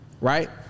Right